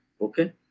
okay